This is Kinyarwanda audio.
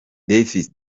davis